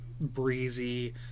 breezy